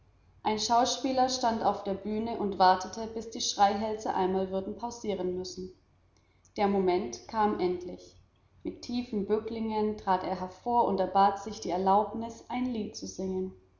ein schauspieler stand auf der bühne und wartete bis die schreihälse einmal würden pausieren müssen der moment kam endlich mit tiefen bücklingen trat er hervor und erbat sich die erlaubnis ein lied zu singen